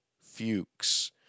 Fuchs